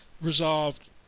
resolved